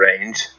range